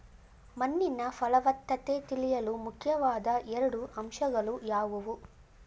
ಮಣ್ಣಿನ ಫಲವತ್ತತೆ ತಿಳಿಯಲು ಮುಖ್ಯವಾದ ಎರಡು ಅಂಶಗಳು ಯಾವುವು?